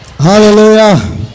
Hallelujah